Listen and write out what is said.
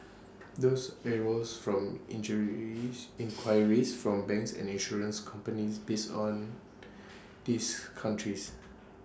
these arose from inquiries from banks and insurance companies based on these countries